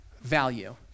value